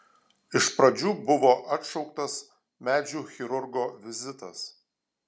iš pradžių buvo atšauktas medžių chirurgo vizitas